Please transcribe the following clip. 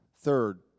Third